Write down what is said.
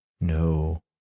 No